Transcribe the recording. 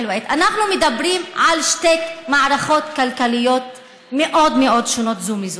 אנחנו מדברים על שתי מערכות כלכליות מאוד מאוד שונות זו מזו.